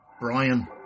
Brian